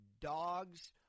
dogs